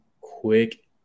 quick